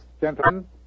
gentlemen